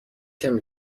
کمه